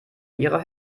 ihre